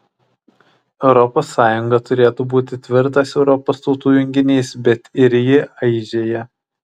europos sąjunga turėtų būti tvirtas europos tautų junginys bet ir ji aižėja